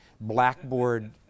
blackboard